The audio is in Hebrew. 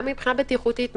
גם מבחינה בטיחותית,